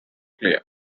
clear